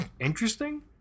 interesting